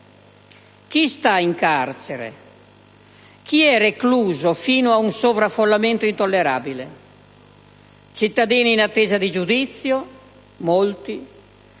Chi sta in carcere? Chi è recluso fino a un sovraffollamento intollerabile? Cittadini in attesa di giudizio, molti;